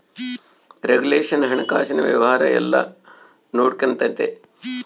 regulation ಹಣಕಾಸಿನ ವ್ಯವಹಾರ ಎಲ್ಲ ನೊಡ್ಕೆಂತತೆ